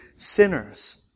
Sinners